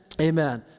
Amen